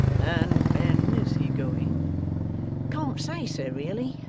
and when is he going can't say, sir, really.